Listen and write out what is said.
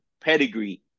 pedigree